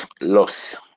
Loss